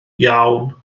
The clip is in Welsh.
iawn